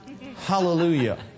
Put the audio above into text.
Hallelujah